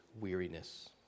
weariness